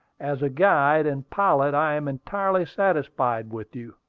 as a guide and pilot, i am entirely satisfied with you.